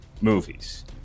movies